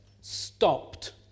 stopped